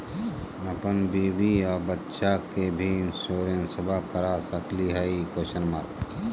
अपन बीबी आ बच्चा के भी इंसोरेंसबा करा सकली हय?